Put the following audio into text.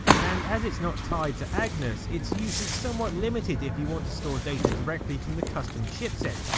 and as its not tied to agnus, its use is somewhat limited if you want to store data directly from the custom chipset,